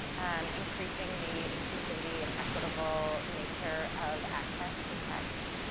um increasing the inclusivity and equitable nature of access to texts.